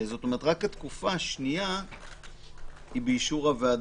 זאת אומרת, רק התקופה השנייה היא באישור הוועדה,